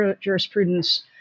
jurisprudence